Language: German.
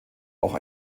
auch